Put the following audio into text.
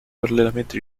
parallelamente